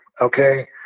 Okay